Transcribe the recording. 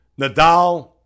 Nadal